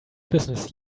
business